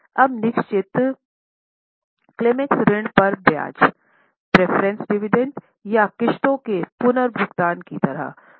अब निश्चित क्लेम्स ऋण पर ब्याज प्रेफ़रेंस डिविडेंड या किश्तों के पुनर्भुगतान की तरह हैं